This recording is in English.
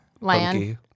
land